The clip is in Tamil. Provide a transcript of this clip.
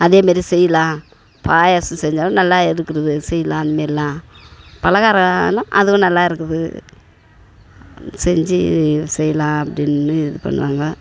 அதேமாரி செய்யலாம் பாயசம் செஞ்சாலும் நல்லா இருக்கிறது செய்யலாம் அந்த மாரிலாம் பலகாரம்னா அதுவும் நல்லா இருக்குது செஞ்சு செய்யலாம் அப்படின்னு இது பண்ணுவாங்க